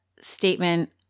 statement